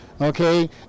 Okay